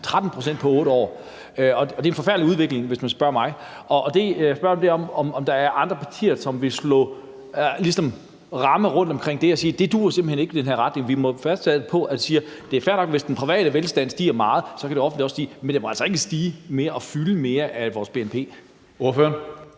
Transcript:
13 pct. på 8 år. Det er en forfærdelig udvikling, hvis man spørger mig, og det, jeg vil spørge om, er, om der er andre partier, som ligesom vil slå sig sammen omkring det og ligesom sige, at det simpelt hen ikke duer at gå i den retning. Vi må holde fast i at sige, at det er fair nok, at hvis den private velstand stiger meget, så kan det offentlige også stige. Men det må altså ikke stige mere og fylde mere af vores bnp. Kl.